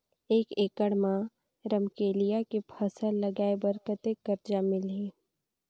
एक एकड़ मा रमकेलिया के फसल लगाय बार कतेक कर्जा मिलही?